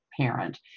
parent